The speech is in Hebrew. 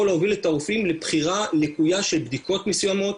להוביל את הרופאים לבחירה לקויה של בדיקות מסוימות,